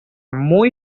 muy